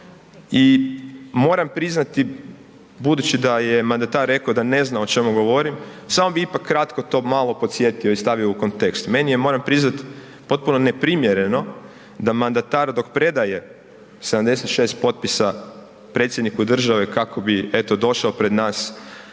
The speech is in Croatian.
i moram priznati budući da je mandatar rekao da ne znam o čemu govorim, samo bi ipak kratko to malo podsjetio i stavio u kontekst. Meni je, moram priznat, potpuno neprimjereno da mandatar dok predaje 76 potpisa predsjedniku države kako bi eto došao pred nas